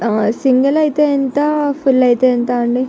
single అయితే ఎంత full అయితే ఎంత అండి